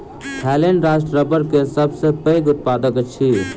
Thailand राष्ट्र रबड़ के सबसे पैघ उत्पादक अछि